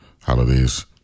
holidays